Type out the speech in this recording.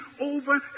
over